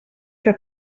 que